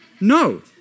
No